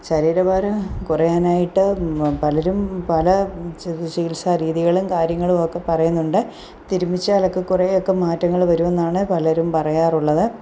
ശരീരഭാരം കുറയാനായിട്ട് പലരും പല ചികിത്സാ രീതികളും കാര്യങ്ങളുമൊക്കെ പറയുന്നുണ്ട് തിരുമിച്ചാലൊക്കെ കുറേയൊക്കെ മാറ്റങ്ങൾ വരും എന്നാണ് പലരും പറയാറുള്ളത്